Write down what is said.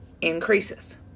increases